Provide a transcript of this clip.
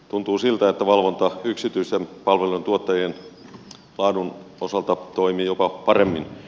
tuntuu siltä että valvonta yksityisten palvelujen tuottajien laadun osalta toimii jopa paremmin